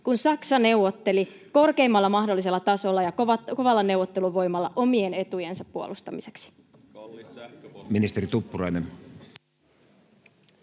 kun Saksa neuvotteli korkeimmalla mahdollisella tasolla ja kovalla neuvotteluvoimalla omien etujensa puolustamiseksi.